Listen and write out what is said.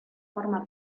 forma